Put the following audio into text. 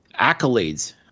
accolades